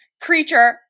creature